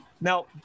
Now